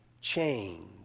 change